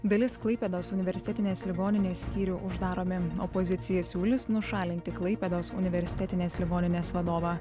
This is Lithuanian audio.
dalis klaipėdos universitetinės ligoninės skyrių uždaromi opozicija siūlys nušalinti klaipėdos universitetinės ligoninės vadovą